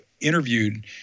interviewed